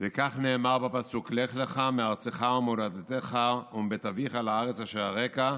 וכך נאמר בפסוק: "לך לך מארצך וממולדתך ומבית אביך אל הארץ אשר אראך.